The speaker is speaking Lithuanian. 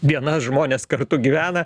dienas žmonės kartu gyvena